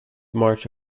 march